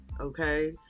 okay